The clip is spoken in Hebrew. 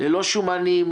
ללא שומנים,